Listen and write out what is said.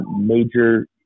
major